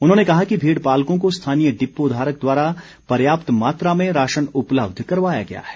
उन्होंने कहा कि भेड़ पालकों को स्थानीय डिपो धारक द्वारा पर्याप्त मात्रा में राशन उपलब्ध करवाया गया है